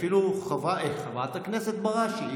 אפילו חברת הכנסת בראשי,